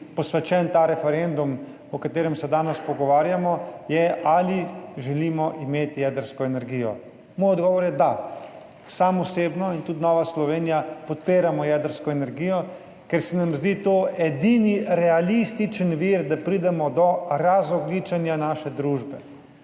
posvečen ta referendum, o katerem se danes pogovarjamo, je, ali želimo imeti jedrsko energijo. Moj odgovor je da. Sam osebno in tudi Nova Slovenija podpiramo jedrsko energijo, ker se nam zdi to edini realistični vir, da pridemo do razogljičenja naše družbe.